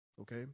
Okay